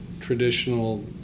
traditional